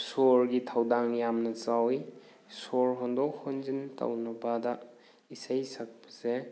ꯁꯣꯔꯒꯤ ꯊꯧꯗꯥꯡ ꯌꯥꯝꯅ ꯆꯥꯎꯋꯤ ꯁꯣꯔ ꯍꯣꯟꯗꯣꯛ ꯍꯣꯟꯖꯤꯟ ꯇꯧꯅꯕꯗ ꯏꯁꯩ ꯁꯛꯄꯁꯦ